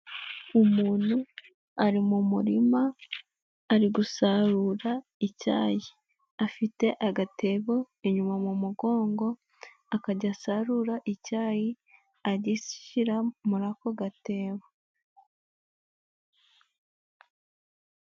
Umuntu ari mu murima ari gusarura icyayi, afite agatebo inyuma mu mugongo, akajya asarura icyayi agishyira muri ako gatebo.